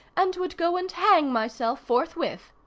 and would go and hang myself forthwith.